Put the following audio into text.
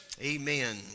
Amen